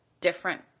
different